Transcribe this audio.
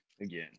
again